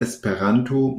esperanto